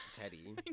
Teddy